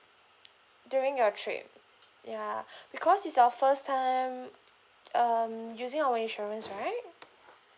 during your trip ya because it's your first time um using our insurance right